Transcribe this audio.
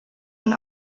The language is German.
man